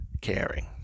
caring